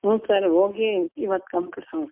ಹ್ಞೂ ಸರ್ ಹೋಗಿ ಇವತ್ತು ಕಂಪ್ಲ ಹ್ಞೂ